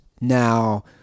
now